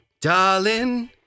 darling